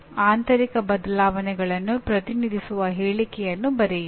ಆಂತರಿಕ ಬದಲಾವಣೆಗಳನ್ನು ಪ್ರತಿನಿಧಿಸುವ ಹೇಳಿಕೆಯನ್ನು ಬರೆಯಿರಿ